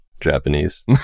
japanese